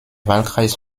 wahlkreis